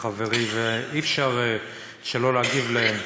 חברי, שמעתי את דבריך, ואי-אפשר שלא להגיב עליהם.